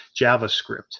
JavaScript